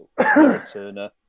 Turner